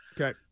Okay